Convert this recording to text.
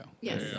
Yes